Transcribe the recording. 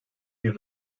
bir